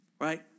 right